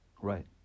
Right